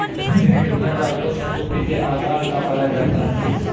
रजनीगंधा का पुष्प कुपी के आकार का पाया जाता है